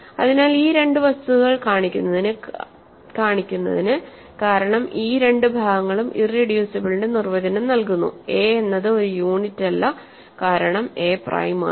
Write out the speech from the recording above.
അതിനാൽ ഈ രണ്ട് വസ്തുതകൾ കാണിക്കുന്നതിന് കാരണം ഈ രണ്ട് ഭാഗങ്ങളും ഇറെഡ്യൂസിബിളിന്റെ നിർവചനം നൽകുന്നു a എന്നത് ഒരു യൂണിറ്റ് അല്ല കാരണം എ പ്രൈം ആണ്